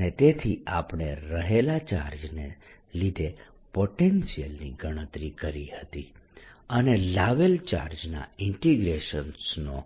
અને તેથી આપણે રહેલા ચાર્જને લીધે પોટેન્શિયલની ગણતરી કરી હતી અને લાવેલ ચાર્જના ઇન્ટીગ્રેશનનો